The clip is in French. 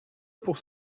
pour